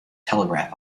telegraph